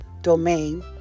domain